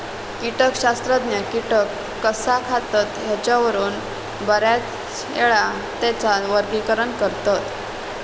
कीटकशास्त्रज्ञ कीटक कसा खातत ह्येच्यावरून बऱ्याचयेळा त्येंचा वर्गीकरण करतत